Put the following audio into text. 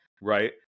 right